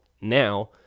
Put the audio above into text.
now